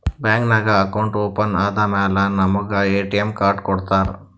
bank ನಾಗ್ account open ಆದಮ್ಯಾಲ ನಮುಗ ಎ.ಟಿ.ಎಮ್ ಕಾರ್ಡ್ ಕೊಡ್ತಾರ್